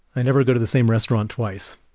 i never go to the same restaurant twice